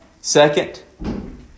Second